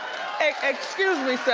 excuse me, sir.